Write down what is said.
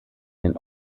den